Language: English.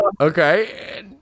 Okay